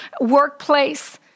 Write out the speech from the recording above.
workplace